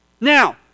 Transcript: Now